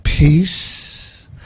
Peace